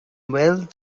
bhfuil